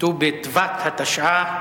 ט"ו בטבת התשע"א,